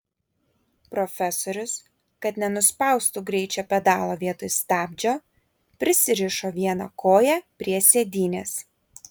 profesorius kad nenuspaustų greičio pedalo vietoj stabdžio prisirišo vieną koją prie sėdynės